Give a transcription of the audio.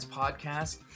podcast